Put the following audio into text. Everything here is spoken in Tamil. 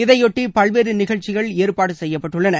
இதையொட்டி பல்வேறு நிகழ்ச்சிகள் ஏற்பாடு செய்யப்பட்டுள்ளன